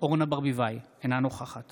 אורנה ברביבאי, אינה נוכחת